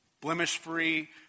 blemish-free